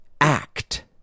act